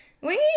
Wait